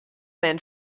man